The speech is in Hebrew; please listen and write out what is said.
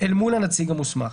אל מול הנציג המוסמך.